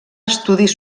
estudis